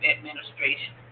Administration